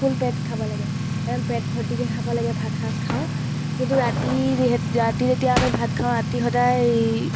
ফুল পেট খাব লাগে একদম পেট ভৰ্তিকৈ খাব লাগে ভাত সাঁজ খাওঁ কিন্তু ৰাতি ৰাতি যেতিয়া আমি ভাত খাওঁ ৰাতি সদায়